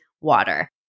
water